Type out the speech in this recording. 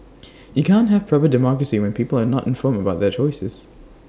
you can't have A proper democracy when people are not informed about their choices